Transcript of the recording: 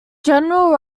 general